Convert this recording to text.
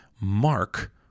Mark